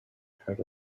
heard